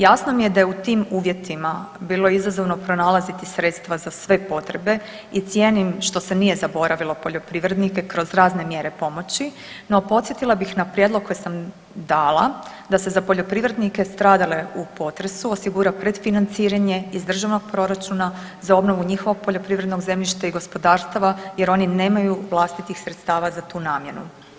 Jasno mi je da je u tim uvjetima bilo izazovno pronalaziti sredstva za sve potrebe i cijenim što se nije zaboravilo poljoprivrednike kroz razne mjere pomoći, no podsjetila bih na prijedlog koji sam dala da se za poljoprivrednike stradale u potresu osigura predfinanciranje iz državnog proračuna za obnovu njihovog poljoprivrednog zemljišta i gospodarstava jer oni nemaju vlastitih sredstava za tu namjenu.